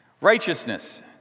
Righteousness